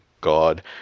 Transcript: God